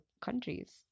countries